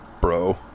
Bro